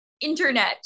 internet